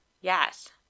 Yes